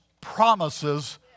promises